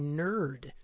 nerd